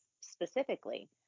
specifically